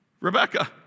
Rebecca